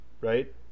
right